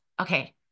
Okay